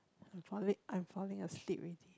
I'm falling I'm falling asleep already